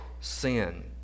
sin